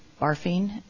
barfing